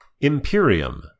Imperium